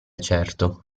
certo